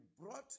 brought